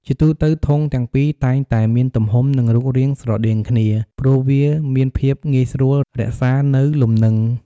ជាទូទៅ ធុងទាំងពីរតែងតែមានទំហំ និងរូបរាងស្រដៀងគ្នា ព្រោះវាមានភាពងាយស្រួលរក្សានៅលំនឹង។